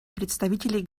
представителей